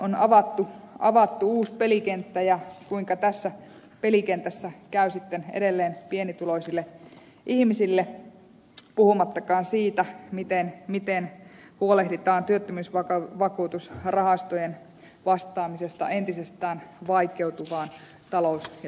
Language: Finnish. on avattu uusi pelikenttä mutta kuinka tällä pelikentällä käy sitten edelleen pienituloisille ihmisille puhumattakaan siitä miten huolehditaan työttömyysvakuutusrahaston vastaamisesta entisestään vaikeutuvaan talous ja työllisyystilanteeseen